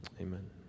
Amen